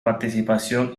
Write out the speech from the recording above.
participación